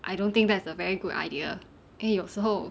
I don't think that's a very good idea 因为有时候